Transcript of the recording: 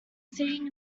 seeing